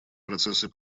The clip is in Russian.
процессы